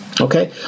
okay